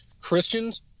Christians